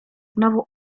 znowu